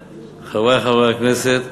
תודה, חברי חברי הכנסת,